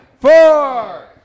four